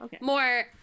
More